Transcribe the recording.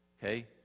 Okay